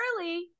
early